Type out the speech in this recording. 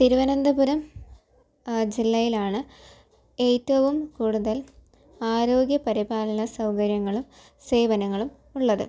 തിരുവനന്തപുരം ജില്ലയിലാണ് ഏറ്റവും കൂടുതൽ ആരോഗ്യ പരിപാലന സൗകര്യങ്ങളും സേവനങ്ങളും ഉള്ളത്